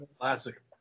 classic